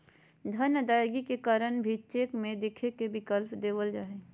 धन अदायगी के कारण भी चेक में लिखे के विकल्प देवल जा हइ